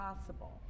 possible